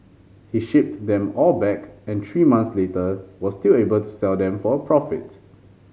he shipped them all back and three months later was still able to sell them for a profit